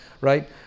right